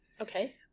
Okay